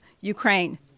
Ukraine